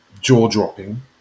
jaw-dropping